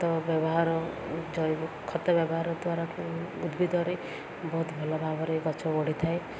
ଖତ ବ୍ୟବହାର ଜୈବ ଖତ ବ୍ୟବହାର ଦ୍ୱାରା ଉଦ୍ଭିଦରେ ବହୁତ ଭଲ ଭାବରେ ଗଛ ବଢ଼ି ଥାଏ